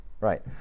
Right